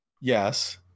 Yes